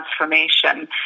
transformation